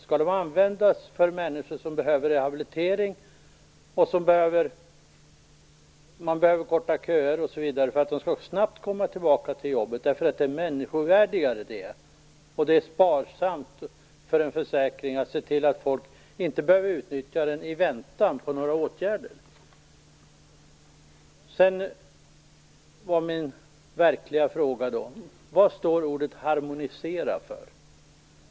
Skall de användas för människor som behöver rehabilitering och som är i behov av att det blir kortare köer så att de snabbt kan återgå till jobbet? Det är ju människovärdigare. För en försäkring är det dessutom ett sparande om man kan se till att folk inte behöver utnyttja försäkringen i väntan på åtgärder. Min verkliga fråga är återigen: Vad står ordet harmonisera för?